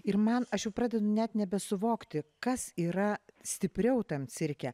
ir man aš jau pradedu net nebesuvokti kas yra stipriau tam cirke